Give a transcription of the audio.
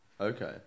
okay